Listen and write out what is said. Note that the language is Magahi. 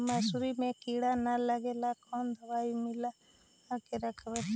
मसुरी मे किड़ा न लगे ल कोन दवाई मिला के रखबई?